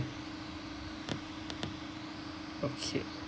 okay